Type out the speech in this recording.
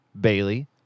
Bailey